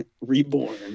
reborn